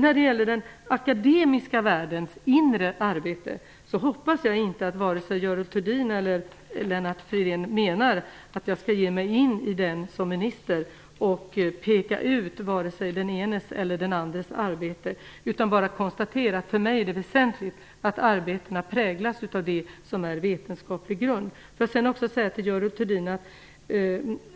När det gäller den akademiska världens inre arbete hoppas jag inte att vare sig Görel Thurdin eller Lennart Fridén menar att jag skall ge mig in i den som minister och peka ut den enes eller den andres arbete. För mig är det väsentligt att arbetet präglas av det som är vetenskaplig grund. Låt mig också säga till Görel Thurdin att